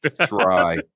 Try